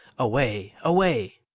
away, away!